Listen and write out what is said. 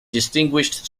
distinguished